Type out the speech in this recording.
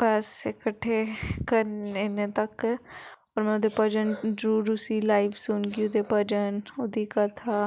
पैसे कट्ठे करने इन्ने तक और में ओह्दे भजन जरूर उस्सी लाइव सुनगी उस्सी भजन ओह्दी कथा